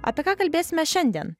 apie ką kalbėsime šiandien